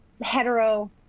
hetero